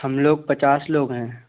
हम लोग पचास लोग हैं